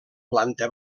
planta